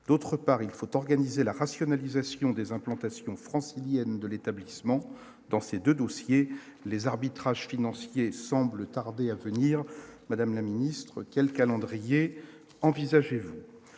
d'autre part, il faut organiser la rationalisation des implantations francilienne de l'établissement, dans ces 2 dossiers, les arbitrages financiers semble tarder à venir madame la ministre, quel calendrier envisagez-vous